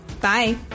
Bye